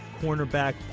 cornerback